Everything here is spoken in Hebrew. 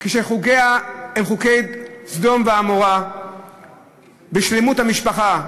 כשחוקיה הם חוקי סדום ועמורה בשלמות המשפחה,